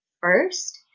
first